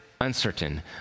uncertain